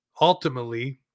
ultimately